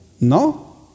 No